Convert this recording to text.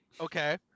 Okay